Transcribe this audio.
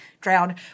drowned